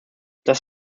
das